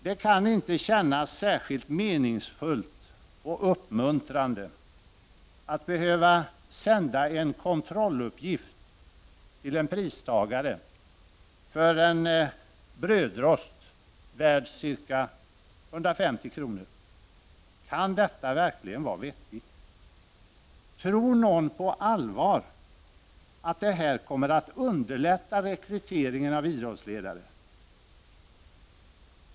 Det kan inte kännas särskilt meningsfullt och uppmuntrande att behöva sända en kontrolluppgift till en pristagare för en brödrost, värd ca 150 kr. Kan detta verkligen vara vettigt? Tror någon på allvar att detta kommer att underlätta rekryteringen av idrottsledare?